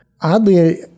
oddly